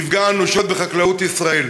בחקלאות ישראל.